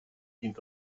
dient